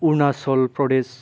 Arunachal Pradesh